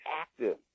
active